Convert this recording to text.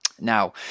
now